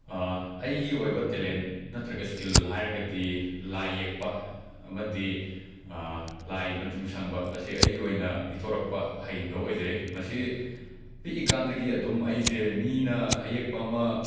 ꯑꯩꯒꯤ ꯑꯣꯏꯕ ꯇꯦꯂꯦꯟ ꯅꯠꯇ꯭ꯔꯒ ꯁ꯭ꯀꯤꯜ ꯍꯥꯏꯔꯒꯗꯤ ꯂꯥꯏ ꯌꯦꯛꯄ ꯑꯃꯗꯤ ꯂꯥꯏ ꯃꯆꯨ ꯁꯪꯕ ꯑꯁꯦ ꯑꯩꯒꯤ ꯑꯣꯏꯅ ꯄꯤꯊꯣꯔꯛꯄ ꯍꯩꯕ ꯑꯣꯏꯖꯩ ꯃꯁꯤ ꯄꯤꯏꯀꯥꯟꯗꯒꯤ ꯑꯗꯨꯝ ꯑꯩꯖꯦ ꯃꯤꯅ ꯑꯌꯦꯛꯄ ꯑꯃ